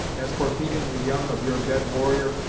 as for feeding the young of your dead warrior,